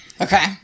okay